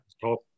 top